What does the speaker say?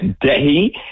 day